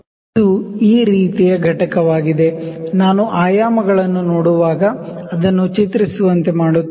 ಇದು ಈ ರೀತಿಯ ಘಟಕವಾಗಿದೆ ನಾನು ಡೈಮೆನ್ಶನ್ ನೋಡುವಾಗ ಅದನ್ನು ಚಿತ್ರಿಸುವಂತೆ ಮಾಡುತ್ತೇನೆ